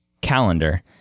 calendar